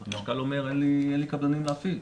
אז החשכ"ל אומר שאין לו קבלנים להפעיל.